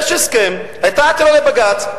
יש הסכם והיתה עתירה לבג"ץ,